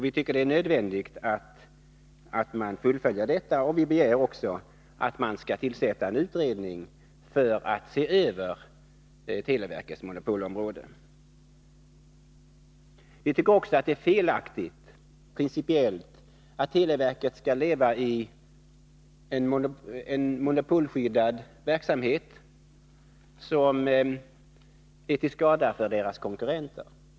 Vi begär därför att det skall tillsättas en utredning för att se över televerkets monopolområde. Vi tycker också att det är principiellt felaktigt att televerket skall bedriva en monopolskyddad verksamhet som kan vara till skada för verkets konkurrenter.